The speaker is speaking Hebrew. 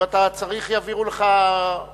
אם אתה צריך, יעבירו לך מיקרופון.